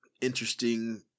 interesting